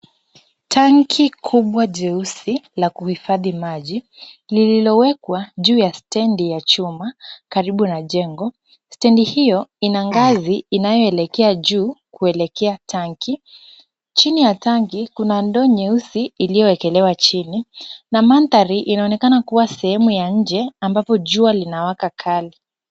Tanki kubwa jeusi la kuhifadhi maji lililowekwa juu ya stendi ya chuma karibu na jengo, stendi hiyo ina ngazi inayoelekea juu kuelekea tanki. Chini ya tanki kuna ndoo nyeusi iliyowekelewa chini na mandhari inaonekana kuwa sehemu ya nje ambapo jua linawaka kali.